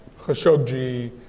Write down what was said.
Khashoggi